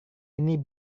ini